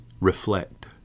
reflect